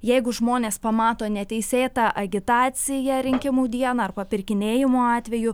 jeigu žmonės pamato neteisėtą agitaciją rinkimų dieną ar papirkinėjimo atvejų